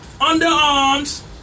underarms